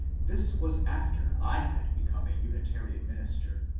this was after i had become a unitarian minister,